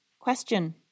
Question